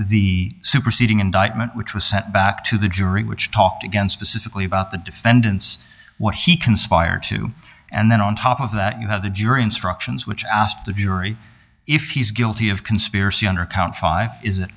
the superseding indictment which was sent back to the jury which talked again specifically about the defendants what he conspired to and then on top of that you have the jury instructions which ask the jury if he's guilty of conspiracy under count five is